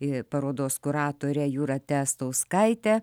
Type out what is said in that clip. ir parodos kuratore jūrate stauskaite